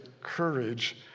courage